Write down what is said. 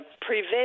prevent